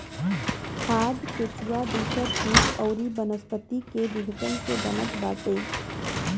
खाद केचुआ दूसर किट अउरी वनस्पति के विघटन से बनत बाटे